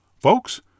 Folks